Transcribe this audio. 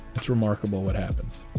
it's remarkable what happens